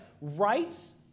rights